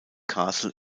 castle